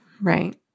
right